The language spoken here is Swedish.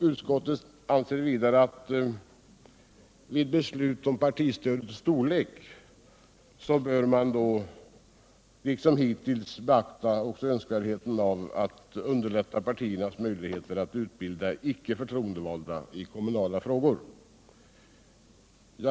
Utskottet anser vidare att man vid beslut om partistödets storlek liksom hittills också bör beakta önskvärdheten av att underlätta partiernas möjligheter att utbilda icke förtroendevalda i kommunala frågor.